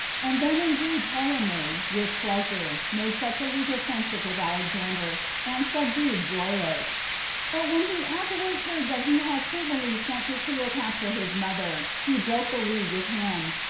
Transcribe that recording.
and then indeed ptolemy, with pleasure, made such a league of friendship with alexander, and subdued zoilus but when he afterwards heard that he had privily sent to cleopatra his mother, he broke the league with him,